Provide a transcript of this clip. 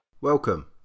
Welcome